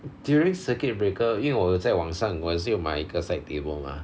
during circuit breaker 因为我有在网上我也是有买一个 side table mah